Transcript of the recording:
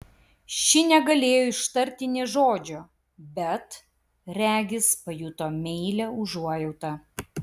ši negalėjo ištarti nė žodžio bet regis pajuto meilią užuojautą